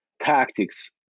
tactics